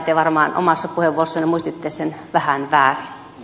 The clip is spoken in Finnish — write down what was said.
te varmaan omassa puheenvuorossanne muistitte sen vähän väärin